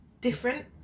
different